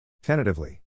tentatively